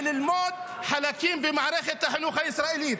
הפלסטינית וללמוד חלקים במערכת החינוך הישראלית.